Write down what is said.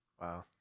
Wow